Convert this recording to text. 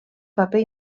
paper